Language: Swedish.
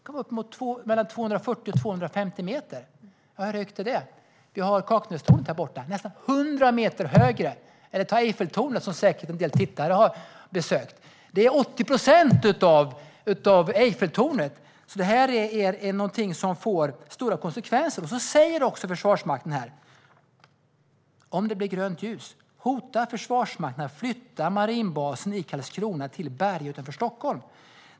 De kan vara mellan 240 och 250 meter höga. Det är nästan 100 meter högre än Kaknästornet och 80 procent av Eiffeltornet, som säkert en del tittare har besökt. Det här får stora konsekvenser. Jag citerar vidare ur Ny Teknik: "Om det blir grönt ljus, hotar Försvarsmakten att flytta marinbasen i Karlskrona till Berga, utanför Stockholm.